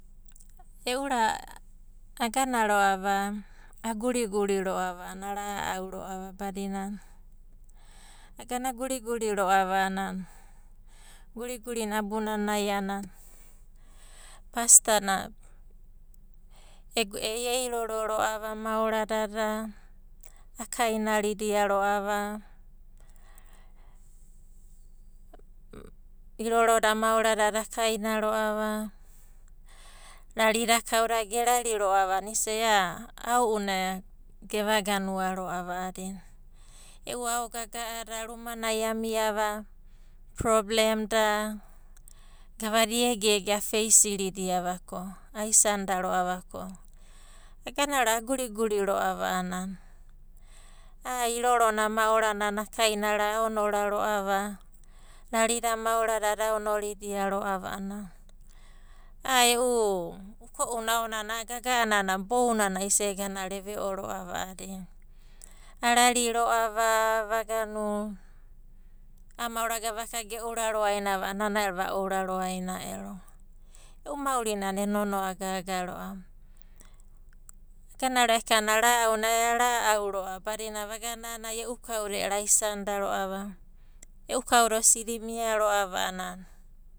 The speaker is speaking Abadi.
E'u ra agana ro'ava a guriguri ro'ava a'ana ara'au ro'ava badina agana a guriguri ro'ava a'ana gurigurina abunanai a'ana pastor iroro kau na eiroro ro'ava moaradada akainarida ro'ava. Iroro da maoradada akaina ro'ava, rarida kaudada gerari ro'ava a'ana isa'i a'a ao'una geva ganua ro'ava a'adina. E'u aogaga'ada rumanai amiava, problem sina'ada da, gavada egege face koanidava ridiava ko, agana ro'ava aguriguri a'anana a'a irorona maorana akaina ra, aono ra ro'ava a'ana, rarida moaradada aonorida ro'ava a'ana a'a e'u, uko'una aona a'a gaga'anana bounanai isa'i ega eve'o ro'ava a'adina. Arai ro'ava, a'a moara gavaka ge ouraro ainava a'anana va ouraro aina ero. E'u maurina a'ana e nonoa gaga ro'ava. Aganaro'ava eka'ana ra'aunai a ra'au ro'ava, badina vagana a'ana e'u kauda ero aisanida ro'ava. E'u kauda osidi imia ro'ava a'ana.